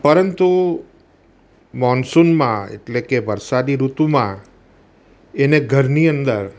પરંતુ મોન્સુનમાં એટલે કે વરસાદી ઋતુમાં એને ઘરની અંદર